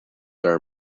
are